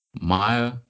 Maya